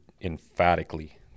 emphatically